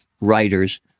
writers